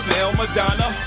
Madonna